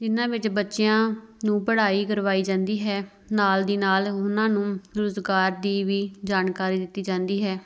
ਜਿਨ੍ਹਾ ਵਿੱਚ ਬੱਚਿਆਂ ਨੂੰ ਪੜ੍ਹਾਈ ਕਰਵਾਈ ਜਾਂਦੀ ਹੈ ਨਾਲ ਦੀ ਨਾਲ ਉਹਨਾਂ ਨੂੰ ਰੁਜ਼ਗਾਰ ਦੀ ਵੀ ਜਾਣਕਾਰੀ ਦਿੱਤੀ ਜਾਂਦੀ ਹੈ